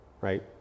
right